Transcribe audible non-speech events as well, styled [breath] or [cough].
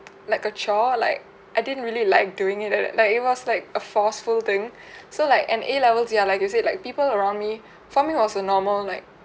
like a chore like I didn't really like doing it at like it was like a forceful thing [breath] so like an a levels ya like you said like people around me [breath] for me it was a normal like